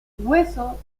hueso